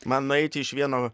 man nueiti iš vieno